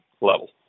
level